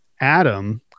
Adam